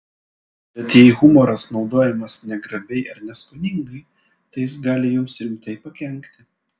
bet jei humoras naudojamas negrabiai ar neskoningai tai jis gali jums rimtai pakenkti